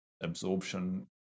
absorption